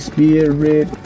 Spirit